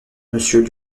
monsieur